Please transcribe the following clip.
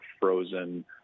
frozen